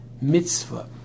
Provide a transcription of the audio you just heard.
Mitzvah